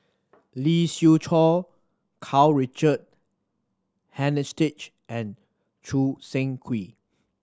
Lee Siew Choh Karl Richard Hanitsch and Choo Seng Quee